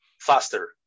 faster